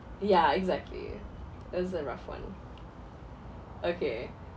yeah exactly it's a rough [one] okay